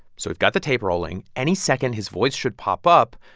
so we've got the tape rolling. any second, his voice should pop up.